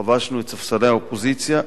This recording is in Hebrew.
חבשנו את ספסלי האופוזיציה,